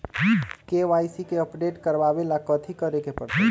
KYC के update करवावेला कथि करें के परतई?